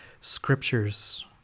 Scriptures